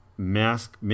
mask